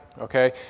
okay